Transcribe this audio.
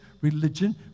religion